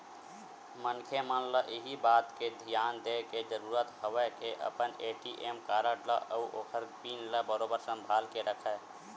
मनखे मन ल इही बात के धियान देय के जरुरत हवय के अपन ए.टी.एम कारड ल अउ ओखर पिन ल बरोबर संभाल के रखय